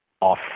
off